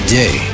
day